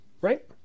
right